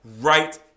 right